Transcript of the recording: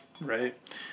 right